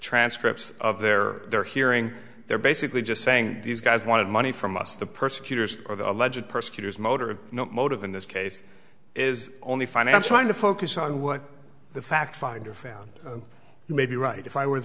transcripts of their they're hearing they're basically just saying these guys wanted money from us the persecutors or the alleged persecutors motor of motive in this case is only financial to focus on what the fact finder found may be right if i were